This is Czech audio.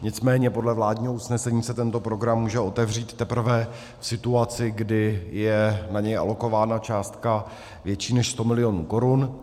Nicméně podle vládního usnesení se tento program může otevřít teprve v situaci, kdy je na něj alokována částka větší než 100 milionů korun.